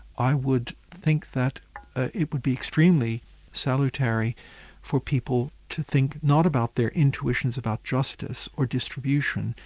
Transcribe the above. i would think that it would be extremely salutary for people to think not about their intuitions about justice or distribution,